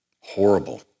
horrible